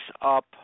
up